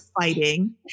fighting